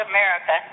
America